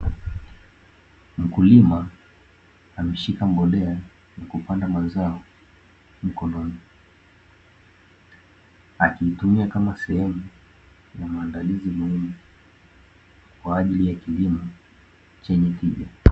Mkulima ameshika mbolea ya kupanda mazao mkononi. Akiitumia kama sehemu ya maandalizi muhimu kwa ajili ya kilimo chenye tija.